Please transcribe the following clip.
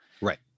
Right